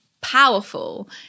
powerful